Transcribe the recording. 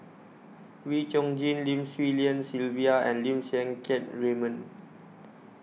Wee Chong Jin Lim Swee Lian Sylvia and Lim Siang Keat Raymond